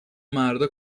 مردا